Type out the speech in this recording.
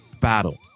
battle